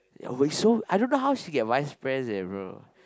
ya but it's so I don't know how she get vice pres eh bro